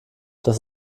das